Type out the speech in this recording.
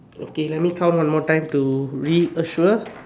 okay let me count one more time to reassure